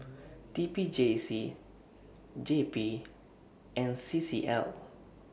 T P J C J P and C C L